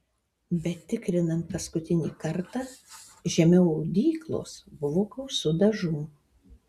bet tikrinant paskutinį kartą žemiau audyklos buvo gausu dažų